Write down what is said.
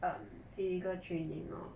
um 第一个 training lor